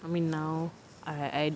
I mean now I I